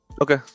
Okay